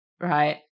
right